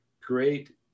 great